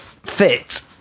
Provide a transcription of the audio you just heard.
fit